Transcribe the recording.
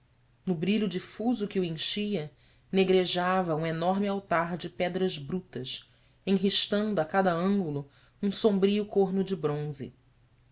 no brilho difuso que o enchia negrejava um enorme altar de pedras brutas enristando a cada ângulo um sombrio como de bronze